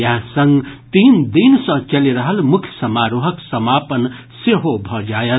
इएह संग तीन दिन सँ चलि रहल मुख्य समारोहक समापन सेहो भऽ जायत